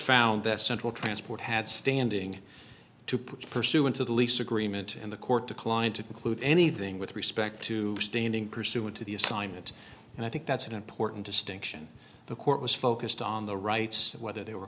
found that central transport had standing to put pursuant to the lease agreement and the court declined to conclude anything with respect to standing pursuant to the assignment and i think that's an important distinction the court was focused on the rights whether they were